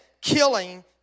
killing